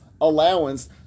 allowance